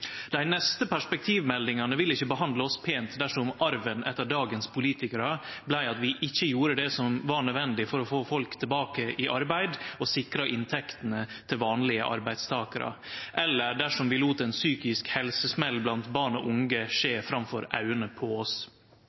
Dei neste perspektivmeldingane vil ikkje behandle oss pent dersom arven etter dagens politikarar vart at vi ikkje gjorde det som var nødvendig for å få folk tilbake i arbeid og sikre inntektene til vanlege arbeidstakarar, eller dersom vi lét ein psykisk helsesmell blant barn og unge skje framfor augo på oss.